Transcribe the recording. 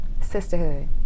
sisterhood